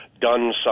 done